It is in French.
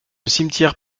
cimetière